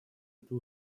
эту